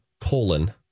colon